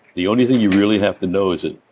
the only thing you really have to know is that